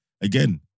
again